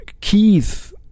keith